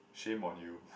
shame on you